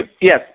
Yes